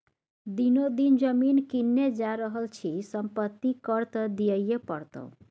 दिनो दिन जमीन किनने जा रहल छी संपत्ति कर त दिअइये पड़तौ